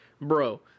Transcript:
bro